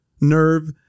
nerve